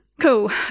cool